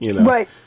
Right